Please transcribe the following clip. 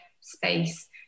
space